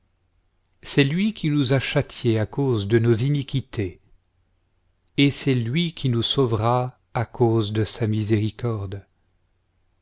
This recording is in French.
c'est lui qui nous a châtiés à cause de nos iniquités et c'est lui qui nous sauvera à cause de sa miséricorde